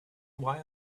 why